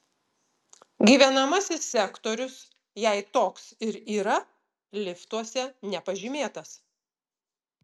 gyvenamasis sektorius jei toks ir yra liftuose nepažymėtas